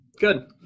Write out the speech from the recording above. Good